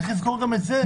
צריך לזכור גם את זה.